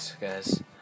guys